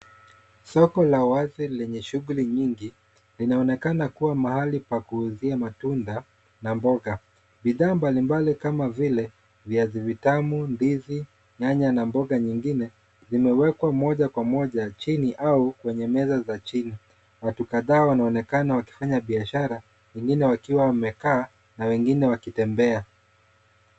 Soko la wazi lenye shughuli nyingi, linaonekana kuwa mahali pa kuuzia matunda na mboga. Bidhaa mbalimbali kama vile viazi vitamu, ndizi, nyanya na mboga nyingine vimewekwa moja kwa moja chini au kwenye meza za chini. Watu kadhaa wanaonekana wakifanya biashara, wengine wakiwa wamekaa, na wengine wakitembea.